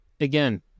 again